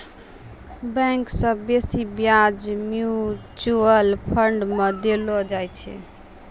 bank से बेसी ब्याज म्यूचुअल फंड मे देलो जाय छै